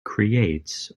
creates